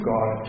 God